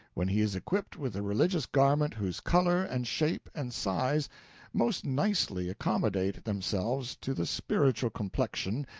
when he is equipped with the religious garment whose color and shape and size most nicely accommodate themselves to the spiritual complexion,